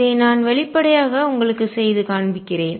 இதை நான் வெளிப்படையாகச் உங்களுக்கு செய்து காண்பிக்கிறேன்